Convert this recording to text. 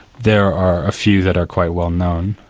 there are a few that are quite well-known,